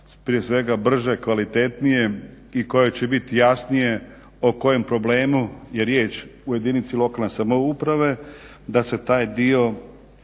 prije svega brže, kvalitetnije i koje će biti jasnije o kojem problemu je riječ u jedinici lokalne samouprave, da se taj dio